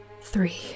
three